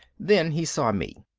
then he saw me.